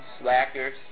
slackers